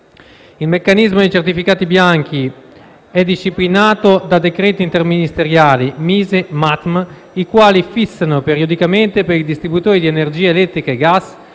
Il meccanismo dei certificati bianchi è disciplinato da decreti interministeriali MISE-MATTM, i quali fissano periodicamente per i distributori di energia elettrica e gas